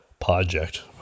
project